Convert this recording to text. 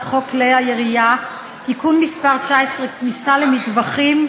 חוק כלי הירייה (תיקון מס' 19) (כניסה למטווחים),